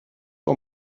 uhr